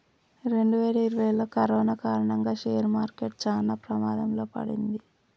రెండువేల ఇరవైలో కరోనా కారణంగా షేర్ మార్కెట్ చానా ప్రమాదంలో పడింది